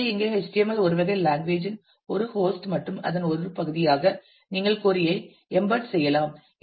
எனவே இங்கே HTML ஒரு வகை லாங்குவேஜ் இன் ஒரு கோஸ்ட் மற்றும் அதன் ஒரு பகுதியாக நீங்கள் கொறி ஐ எம்பெட் செய்யலாம்